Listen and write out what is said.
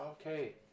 okay